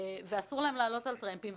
ואסור להם לעלות על טרמפים,